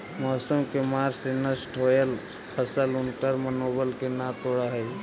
मौसम के मार से नष्ट होयल फसल उनकर मनोबल के न तोड़ हई